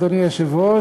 אדוני היושב-ראש,